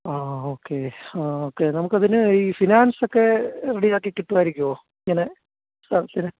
ആ ഓക്കേ ആഹ് ഓക്കേ നമുക്ക് അതിന് ഈ ഫിനാൻസ്സ് ഒക്കെ റെഡിയാക്കി കിട്ടുമായിരിക്കുമോ ഇങ്ങനെ സ്ഥലത്തിന്